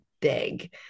big